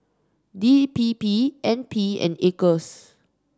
D P P N P and Acres